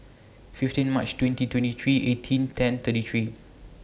fifteen March twenty twenty three eighteen ten thirty three